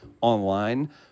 online